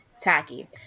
tacky